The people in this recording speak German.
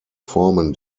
formen